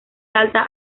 alta